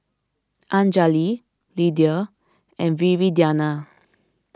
Anjali Lydia and Viridiana